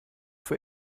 für